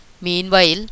Meanwhile